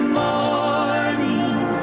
morning